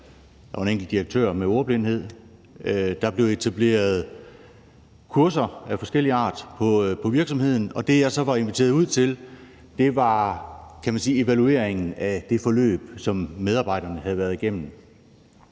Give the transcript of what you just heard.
der var en enkelt direktør med ordblindhed. Der blev etableret kurser af forskellig art på virksomheden, og det, jeg så var inviteret ud til, var evalueringen af det forløb, som medarbejderne havde været igennem.